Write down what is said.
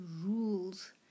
rules